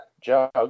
Jug